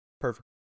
perfect